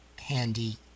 handy